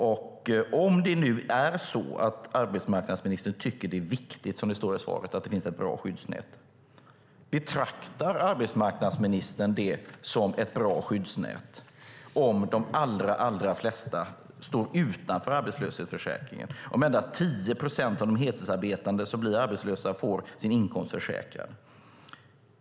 I svaret står det att arbetsmarknadsministern tycker att det är viktigt att det finns ett bra skyddsnät. Betraktar arbetsmarknadsministern det som ett bra skyddsnät om de allra flesta står utanför arbetslöshetsförsäkringen och om endast 10 procent av de heltidsarbetande som blir arbetslösa får sin inkomst försäkrad?